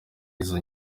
izo